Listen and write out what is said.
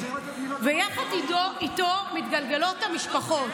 ויחד איתו מתגלגלות המשפחות.